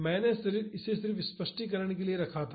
मैंने इसे सिर्फ स्पष्टीकरण के लिए रखा था